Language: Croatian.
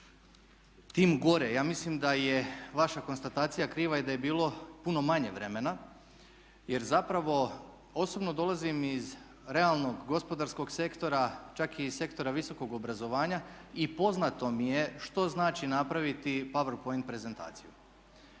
Tim gore. Ja mislim da je vaša konstatacija kriva i da je bilo puno manje vremena jer zapravo osobno dolazim iz realnog gospodarskog sektora čak i iz sektora visokog obrazovanja i poznato mi je što znači napraviti power point prezentaciju.